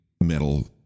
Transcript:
metal